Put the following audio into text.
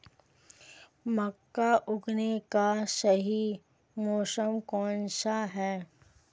मक्का उगाने का सही मौसम कौनसा है?